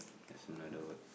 that's another word